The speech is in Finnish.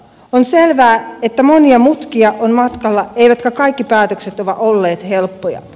on selvää että monia mutkia on matkalla eivätkä kaikki päätökset ole olleet helppoja